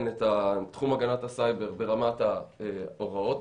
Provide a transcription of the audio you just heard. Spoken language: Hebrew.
את תחום הגנת הסייבר ברמת ההוראות,